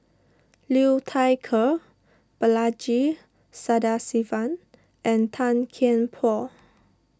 Liu Thai Ker Balaji Sadasivan and Tan Kian Por